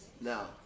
Now